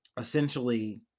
Essentially